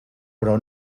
però